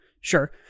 sure